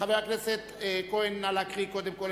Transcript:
חבר הכנסת כהן, נא להקריא קודם כול.